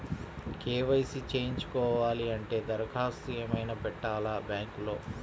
KYC చేయించుకోవాలి అంటే దరఖాస్తు ఏమయినా పెట్టాలా బ్యాంకులో?